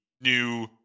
new